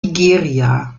nigeria